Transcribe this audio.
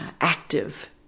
active